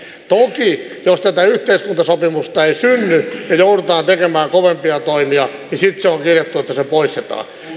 toki jos tätä yhteiskuntasopimusta ei synny ja ja joudutaan tekemään kovempia toimia niin sitten on kirjattu että se poistetaan